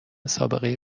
سابقه